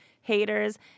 haters